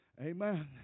Amen